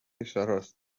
کشورهاست